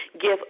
give